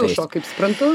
dušo kaip suprantu